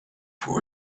for